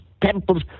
temples